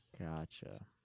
Gotcha